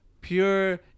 pure